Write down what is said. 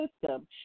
system